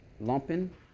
lumping